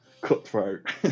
cutthroat